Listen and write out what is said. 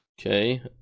okay